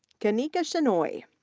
kaneeka shenoy,